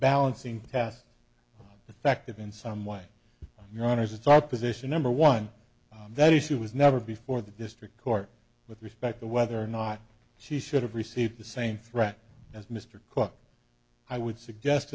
balancing pass effective in some way your honour's it's our position number one that he she was never before the district court with respect to whether or not she should have received the same threat as mr cook i would suggest